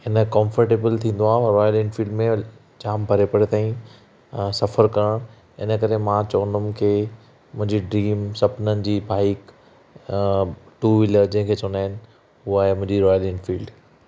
हिन कंफर्टेबल थींदो आहे मां रॉयल एनफील्ड में जाम परे परे ताईं सफ़रु करण इन करे मां चवंदुमि की मुंहिंजी ड्रीम सुपननि जी बाईक टू विलर जेके चवंदा आहिनि उहो आहे मुंहिंजी रॉयल एनफील्ड